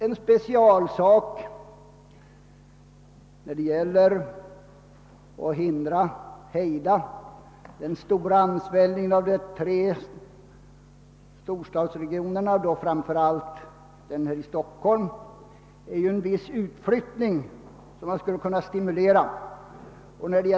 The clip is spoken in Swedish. En specialsak när det gäller att hejda den stora ansvällningen av de tre storstadsregionerna, framför allt då stockholmsregionen, är att man skulle kunna stimulera en viss utflyttning.